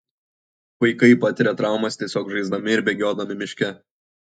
vaikai patiria traumas tiesiog žaisdami ir bėgiodami miške